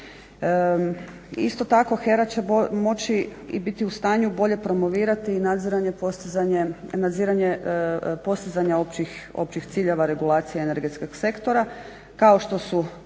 Isto tako, HERA-e će moći i biti u stanju bolje promovirati i nadziranje, postizanje, nadziranje postizanja općih ciljeva regulacije energetskog sektora kao što su